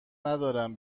ندارم